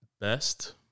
best